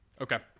Okay